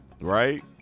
Right